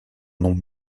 nom